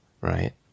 right